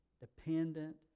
dependent